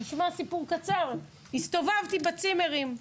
הסתובבתי בצימרים,